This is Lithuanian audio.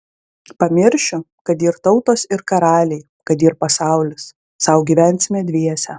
pamiršiu kad yr tautos ir karaliai kad yr pasaulis sau gyvensime dviese